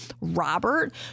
Robert